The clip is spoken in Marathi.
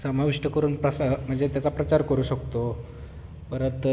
समाविष्ट करून प्रसा म्हणजे त्याचा प्रचार करू शकतो परत